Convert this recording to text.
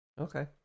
Okay